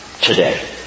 today